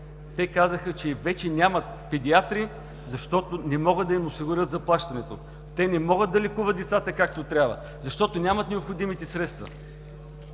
Те казаха, че вече нямат педиатри, защото не могат да им осигурят заплащането, не могат да лекуват децата както трябва, защото нямат необходимите средства.